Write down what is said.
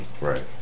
Right